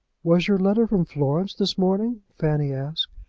was your letter from florence this morning? fanny asked